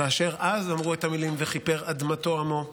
אז, כאשר אמרו את המילים "וכפר אדמתו עמו",